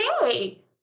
hey